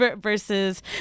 versus